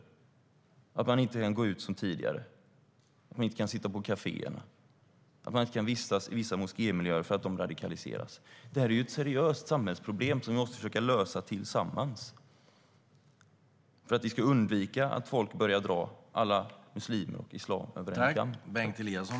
Kvinnorna kan inte gå ut som tidigare, sitta på kafé eller vistas i vissa moskémiljöer som håller på att radikaliseras. Det här är ett seriöst samhällsproblem som vi försöka lösa tillsammans så att vi kan undvika att folk börjar dra alla muslimer och islam över en kam.